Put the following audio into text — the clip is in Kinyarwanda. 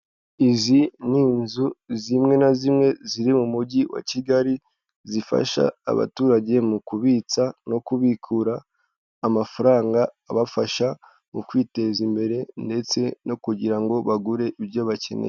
Izi ni inzu zimwe na zimwe ziri mu mujyi wa kigali zifasha abaturage mu kubitsa no kubikura amafaranga abafasha mu kwiteza imbere ndetse no kugira ngo bagure ibyo bakeneye.